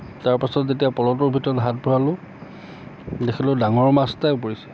তাৰ পাছত যেতিয়া পলহটোৰ ভিতৰত হাত ভৰালোঁ দেখিলোঁ ডাঙৰ মাছ এটাই পৰিছে